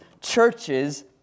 churches